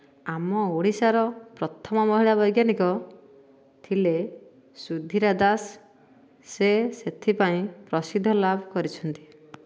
ଆମ ଓଡ଼ିଶାର ପ୍ରଥମ ମହିଳା ବୈଜ୍ଞାନିକ ଥିଲେ ସୁଧିରା ଦାସ ସେ ସେଇଥିପାଇଁ ପ୍ରସିଦ୍ଧ ଲାଭ କରିଛନ୍ତି